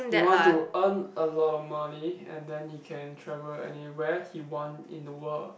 he want to earn a lot of money and then he can travel anywhere he want in the world